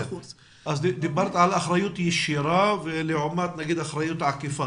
דיברת על אחריות עקיפה לעומת אחריות ישירה,